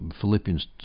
Philippians